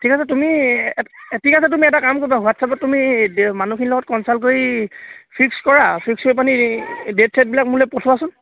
ঠিক আছে তুমি ঠিক আছে তুমি এটা কাম কৰিবা হোৱাটছএপত তুমি দে মানুহখিনিৰ লগত কনঞ্চাল্ট কৰি ফিক্স কৰা ফিক্স কৰি পানি ডেট ছেটবিলাক মোলৈ পঠোৱাচোন